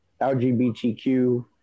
LGBTQ